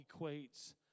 equates